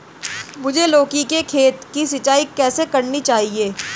मुझे लौकी के खेत की सिंचाई कैसे करनी चाहिए?